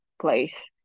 place